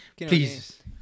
Please